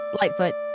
Lightfoot